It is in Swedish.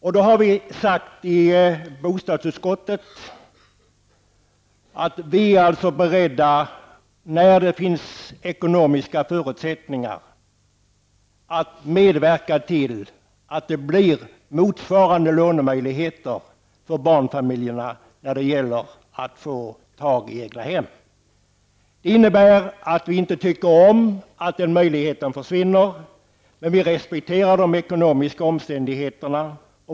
Vi har sagt i bostadsutskottet att vi är beredda, när det finns ekonomiska förutsättningar, att medverka till att det blir motsvarande lånemöjligheter för barnfamiljerna när det gäller skaffa sig egna hem. Det innebär att vi inte tycker om att den möjligheten försvinner, men vi respekterar de ekonomiska omständigheterna.